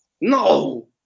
No